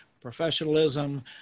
professionalism